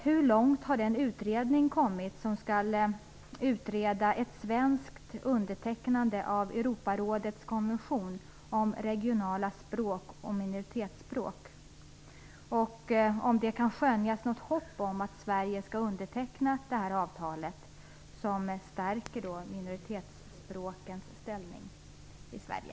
Hur långt har den utredning kommit som skall utreda ett svenskt undertecknande av Europarådets konvention om regionala språk och minoritetsspråk? Kan det skönjas något hopp om att Sverige skall underteckna detta avtal, som stärker minoritetsspråkens ställning i Sverige?